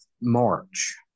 march